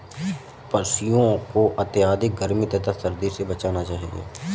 पशूओं को अत्यधिक गर्मी तथा सर्दी से बचाना चाहिए